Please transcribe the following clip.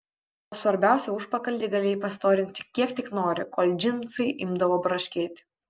o svarbiausia užpakalį galėjai pastorinti kiek tik nori kol džinsai imdavo braškėti